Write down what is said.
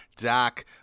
doc